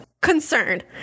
concerned